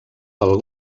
pel